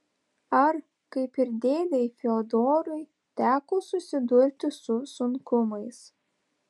ar kaip ir dėdei fiodorui teko susidurti su sunkumais